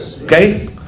Okay